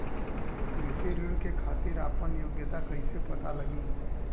कृषि ऋण के खातिर आपन योग्यता कईसे पता लगी?